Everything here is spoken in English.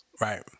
right